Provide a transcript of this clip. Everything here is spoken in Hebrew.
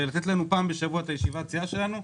לתת לנו פעם בשבוע את ישיבת הסיעה שלנו,